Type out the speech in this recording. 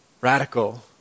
radical